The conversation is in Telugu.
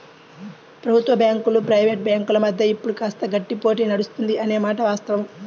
ప్రభుత్వ బ్యాంకులు ప్రైవేట్ బ్యాంకుల మధ్య ఇప్పుడు కాస్త గట్టి పోటీ నడుస్తుంది అనే మాట వాస్తవం